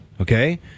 okay